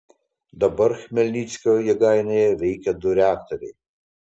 dabar chmelnickio jėgainėje veikia du reaktoriai